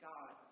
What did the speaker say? God